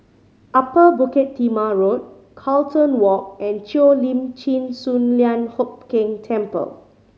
Upper Bukit Timah Road Carlton Walk and Cheo Lim Chin Sun Lian Hup Keng Temple